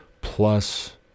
plus